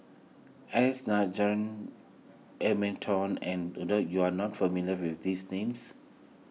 S Nigel Hamilton and you are not familiar with these names